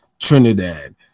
Trinidad